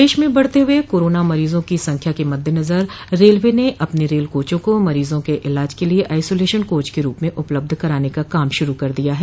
देश में बढ़ते हुए कोरोना मरीजों की संख्या के मद्देनजर रेलवे ने अपने रेल कोचो को मरीजों के इलाज के लिये आईसोलेशन कोच के रूप में उपलब्ध कराने का काम शुरू कर दिया है